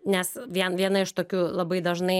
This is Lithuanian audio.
nes vien viena iš tokių labai dažnai